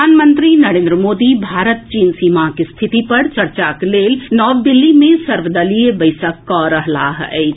प्रधानमंत्री नरेन्द्र मोदी भारत चीन सीमाक स्थिति पर चर्चाक लेल नव दिल्ली मे सर्वदलीय बैसक कऽ रहलाह अछि